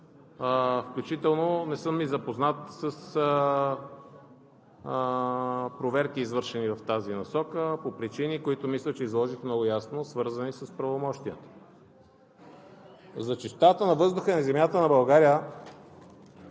включително не съм и запознат и с проверки, извършени в тази насока, по причини, които мисля, че изложих много ясно, свързани с правомощията. За чистота на въздуха и земята на България